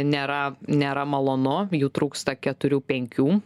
nėra nėra malonu jų trūksta keturių penkių